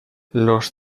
los